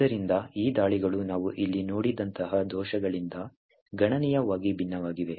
ಆದ್ದರಿಂದ ಈ ದಾಳಿಗಳು ನಾವು ಇಲ್ಲಿ ನೋಡಿದಂತಹ ದೋಷಗಳಿಂದ ಗಣನೀಯವಾಗಿ ಭಿನ್ನವಾಗಿವೆ